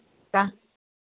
पाँ